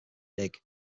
dig